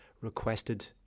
requested